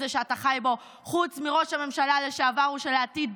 שאתה חי בו חוץ מראש הממשלה לשעבר ולעתיד,